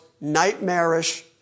nightmarish